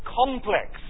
complex